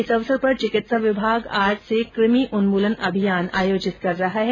इस अवसर पर चिकित्सा विभाग आज से कृमि उन्मूलन अभियान आयोजित कर रहा है